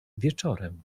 wieczorem